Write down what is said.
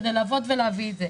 כדי לעבוד ולהביא את זה.